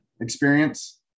experience